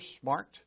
smart